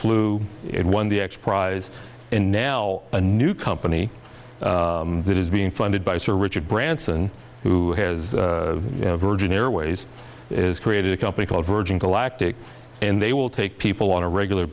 flew it won the x prize and now a new company that is being funded by sir richard branson who has virgin airways is created a company called virgin galactic and they will take people on a regular